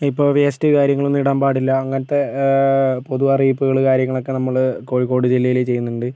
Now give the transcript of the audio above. ഇപ്പോൾ വേസ്റ്റ് കാര്യങ്ങളൊന്നും ഇടാൻ പാടില്ല അങ്ങനത്തെ പൊതു അറിയിപ്പുകള് കാര്യങ്ങളൊക്കെ നമ്മള് കോഴിക്കോട് ജില്ലയില് ചെയ്യുന്നുണ്ട്